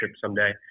someday